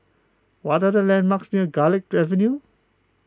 what are the landmarks near Garlick Avenue